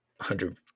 hundred